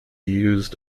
used